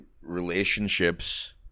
relationships